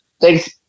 thanks